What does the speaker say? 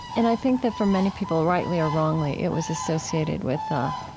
and i think that, for many people rightly or wrongly, it was associated with, ah